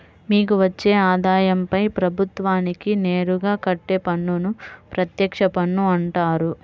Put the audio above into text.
మీకు వచ్చే ఆదాయంపై ప్రభుత్వానికి నేరుగా కట్టే పన్నును ప్రత్యక్ష పన్ను అంటారు